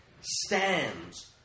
stands